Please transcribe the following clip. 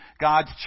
God's